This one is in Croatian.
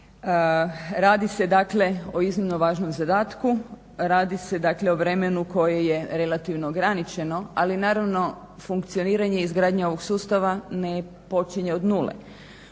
Radi se dakle o iznimno važnom zadatku, radi se dakle o vremenu koje je relativno ograničeno, ali naravno funkcioniranje i izgradnja ovog sustava ne počinje od nule.